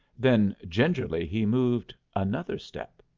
then gingerly he moved another step.